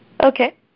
Okay